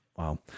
Wow